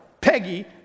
Peggy